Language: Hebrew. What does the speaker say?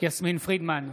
יסמין פרידמן,